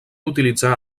utilitzar